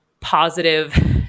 positive